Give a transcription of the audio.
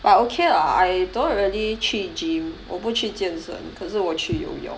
but okay lah I don't really 去 gym 我不去健身可是我去游泳